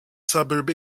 suburb